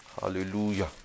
Hallelujah